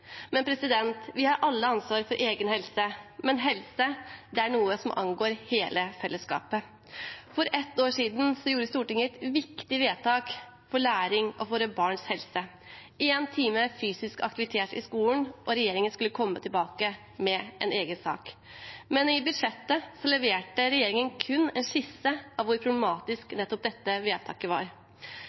Vi har alle et ansvar for egen helse, men helse er noe som angår hele fellesskapet. For ett år siden gjorde Stortinget et viktig vedtak for læring og for barns helse: én time fysisk aktivitet i skolen. Regjeringen skulle komme tilbake med en egen sak. Men i budsjettet leverte regjeringen kun en skisse av hvor problematisk dette vedtaket var.